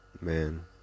man